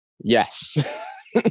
Yes